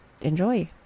enjoy